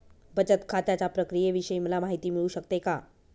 बचत खात्याच्या प्रक्रियेविषयी मला माहिती मिळू शकते का?